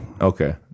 Okay